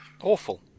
Awful